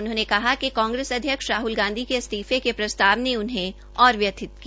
उन्होंने कहा कि कांग्रेसअध्यक्ष राहल गांधी के इस्तीफे क प्रस्ताव ने उन्हे व्यथित किया